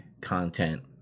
content